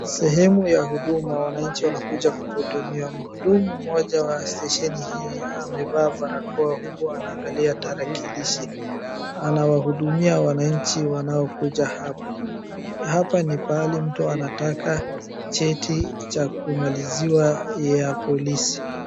Sehemu ya huduma wananchi wanakuja kuhudumiwa, mhudumu mmoja wa stesheni hii amevaa barakoa huku anaangalia tarakilishi. Anawahudumia wananchi wanaokuja hapo. Hapa ni pahali mtu anataka cheti cha kumaliziwa ya polisi.